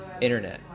Internet